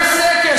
לפי הסקר,